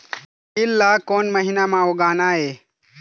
तील ला कोन महीना म उगाना ये?